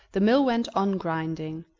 the mill went on grinding,